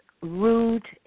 rude